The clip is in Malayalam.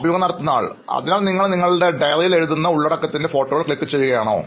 അഭിമുഖം നടത്തുന്നയാൾ അതിനാൽ നിങ്ങൾ നിങ്ങളുടെ ഡയറിയിൽ എഴുതുന്ന ഉള്ളടക്കത്തിന്റെ ഫോട്ടോകൾ ക്ലിക്കുചെയ്യുകയാണോ